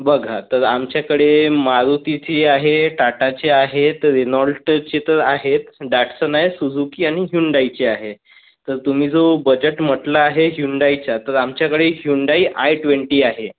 बघा तर आमच्याकडे मारुतीची आहे टाटाची आहे तर रेनॉल्टची तर आहेच डॅटसन आहे सुझुकी आणि हुंडाईची आहे तर तुम्ही जो बजेट म्हटलं आहे हुंडाईचा तर आमच्याकडे हुंडाईचा आय ट्वेंटी आहे